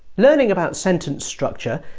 learning about sentence structure,